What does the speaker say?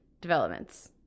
developments